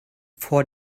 vor